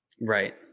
right